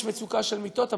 יש מצוקה של מיטות,